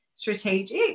Strategic